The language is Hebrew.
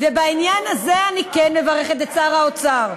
ובעניין הזה אני כן מברכת את שר האוצר.